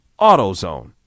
AutoZone